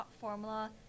formula